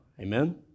Amen